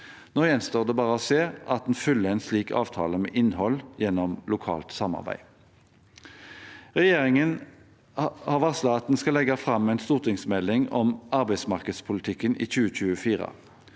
Nå gjenstår det bare å se at en fyller en slik avtale med innhold gjennom lokalt samarbeid. Regjeringen har varslet at den skal legge fram en stortingsmelding om arbeidsmarkedspolitikken i 2024,